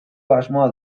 asmoa